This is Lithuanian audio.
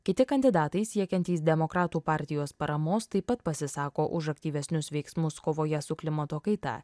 kiti kandidatai siekiantys demokratų partijos paramos taip pat pasisako už aktyvesnius veiksmus kovoje su klimato kaita